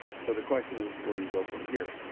so the question is, where do you go from here?